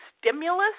stimulus